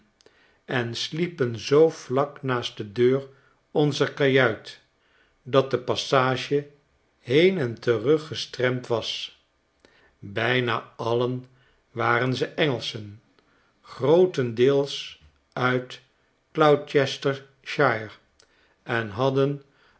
en sliepen zoo vlak naast de deur onzer kajuit dat de passage heen en terug gestremd was bijna alien waren ze engelschen grootendeels uit cloucesterhire en haddeneen